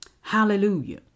Hallelujah